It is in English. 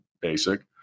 basic